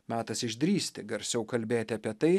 metas išdrįsti garsiau kalbėti apie tai